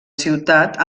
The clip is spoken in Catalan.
ciutat